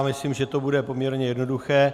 Myslím, že to bude poměrně jednoduché.